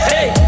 Hey